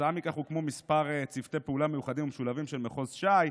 וכתוצאה מכך הוקמו כמה צוותי פעולה מיוחדים ומשולבים של מחוז ש"י,